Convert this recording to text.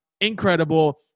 Incredible